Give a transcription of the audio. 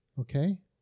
okay